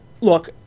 look